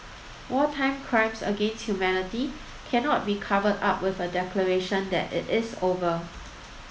wartime crimes against humanity cannot be covered up with a declaration that it is over